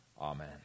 Amen